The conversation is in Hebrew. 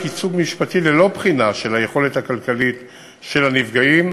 ייצוג משפטי ללא בחינה של היכולת הכלכלית של הנפגעים,